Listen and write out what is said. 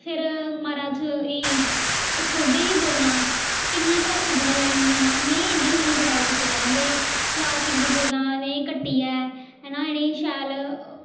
फिर म्हाराज एह् सोडे दियां बोतलां किन्नियां घर खज्जल होआ दियां होंदियां न में इं'दे कन्नै बी बड़ा ओह् कीते दा ऐ ते प्लॉस्टिक दियां बोतलां एह् कट्टियै है ना इ'नेंगी शैल